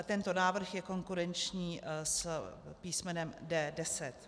Tento návrh je konkurenční s písmenem D10.